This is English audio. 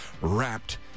wrapped